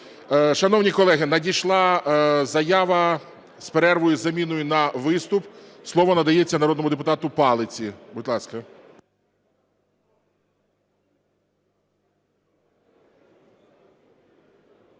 Шановні колеги, надійшла заява з перервою із заміною на виступ. Слово надається народному депутату Палиці. Будь ласка.